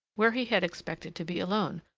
where he had expected to be alone.